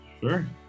Sure